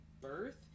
birth